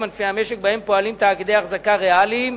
ענפי המשק שבהם פועלים תאגידי החזקה ריאליים